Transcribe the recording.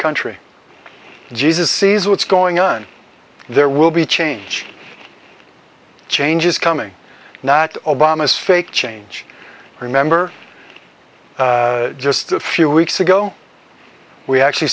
country jesus sees what's going on there will be change changes coming not obama's fake change remember just a few weeks ago we actually